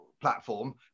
platform